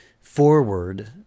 forward